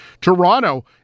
Toronto